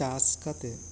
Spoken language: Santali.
ᱪᱟᱥ ᱠᱟᱛᱮ